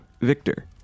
Victor